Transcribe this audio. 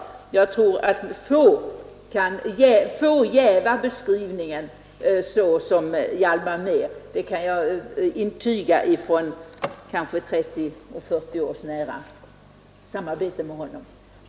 Att få personer 25 jävar den beskrivningen så som Hjalmar Mehr kan jag intyga från 30, kanske 40 års nära samarbete med honom.